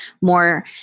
more